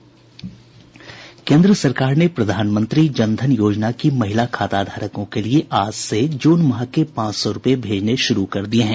केन्द्र सरकार ने प्रधानमंत्री जन धन योजना की महिला खाताधारकों के लिए आज से जून माह के पांच सौ रुपए भेजने शुरू कर दिये हैं